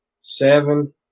seven